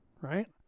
right